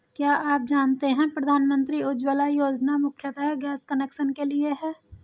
क्या आप जानते है प्रधानमंत्री उज्ज्वला योजना मुख्यतः गैस कनेक्शन के लिए है?